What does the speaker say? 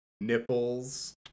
nipples